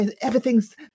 everything's